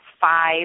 five